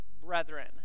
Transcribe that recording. brethren